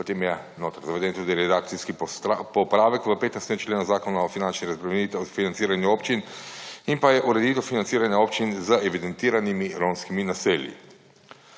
potem je notri naveden tudi redakcijski popravek v 15. členu Zakon o finančnih razbremenitev od financiranju občin in pa je ureditev financiranja občin z evidentiranimi romskimi naselji.